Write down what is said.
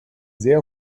sehr